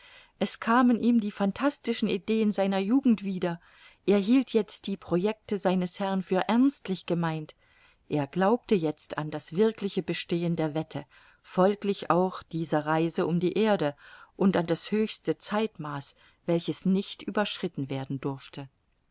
es kamen ihm die phantastischen ideen seiner jugend wieder er hielt jetzt die projecte seines herrn für ernstlich gemeint er glaubte jetzt an das wirkliche bestehen der wette folglich auch dieser reise um die erde und an das höchste zeitmaß welches nicht überschritten werden durfte